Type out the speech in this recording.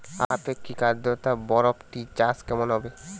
আপেক্ষিক আদ্রতা বরবটি চাষ কেমন হবে?